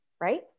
right